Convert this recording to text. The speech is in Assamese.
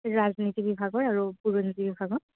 ৰাজনীতি বিভাগৰ আৰু বুৰঞ্জী বিভাগৰ